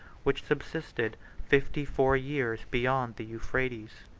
which subsisted fifty-four years beyond the euphrates.